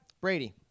Brady